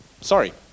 sorry